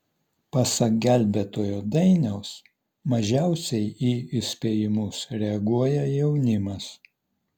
pasak gelbėtojo dainiaus mažiausiai į įspėjimus reaguoja jaunimas